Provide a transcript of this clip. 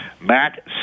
Matt